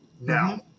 Now